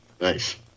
nice